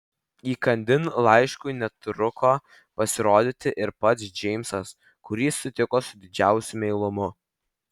įkandin laiškui netruko pasirodyti ir pats džeimsas kurį sutiko su didžiausiu meilumu